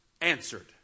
answered